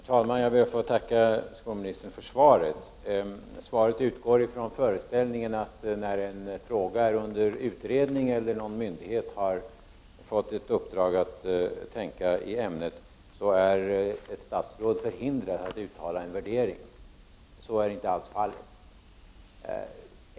Herr talman! Jag ber att få tacka skolministern för svaret. Svaret utgår från föreställningen att när en fråga är under utredning eller när någon myndighet har fått ett uppdrag att tänka i ämnet, är ett statsråd förhindrad att uttala en värdering. Så är inte alls fallet.